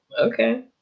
Okay